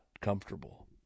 comfortable